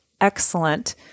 excellent